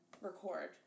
record